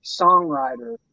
songwriter